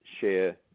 share